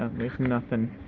nothing.